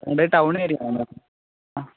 town area ആ